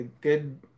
Good